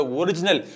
original